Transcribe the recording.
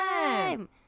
time